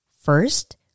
First